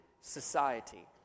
society